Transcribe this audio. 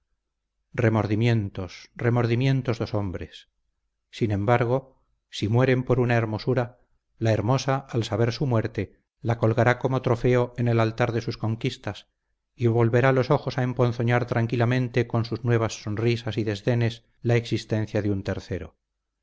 remordimientos remordimientos dos hombres sin embargo si mueren por una hermosa la hermosa al saber su muerte la colgará como trofeo en el altar de sus conquistas y volverá los ojos a emponzoñar tranquilamente con sus nuevas sonrisas y desdenes la existencia de un tercero